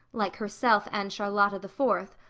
like herself and charlotta the fourth,